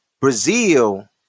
Brazil